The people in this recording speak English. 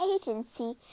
Agency